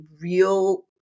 real